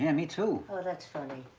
yeah me too. oh, that's funny.